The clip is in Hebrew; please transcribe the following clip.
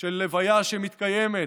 של הלוויה שמתקיימת